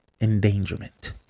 endangerment